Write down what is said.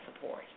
support